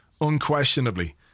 Unquestionably